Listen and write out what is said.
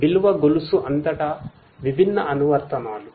విలువ గొలుసు అంతటా విభిన్న అనువర్తనాలు